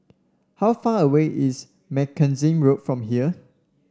how far away is Mackenzie Road from here